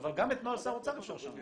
אבל גם את נוהל שר האוצר אפשר לשנות.